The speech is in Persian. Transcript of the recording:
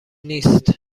نیست